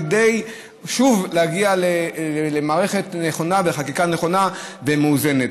כדי להגיע למערכת נכונה ולחקיקה נכונה ומאוזנת,